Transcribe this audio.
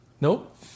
Nope